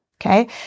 Okay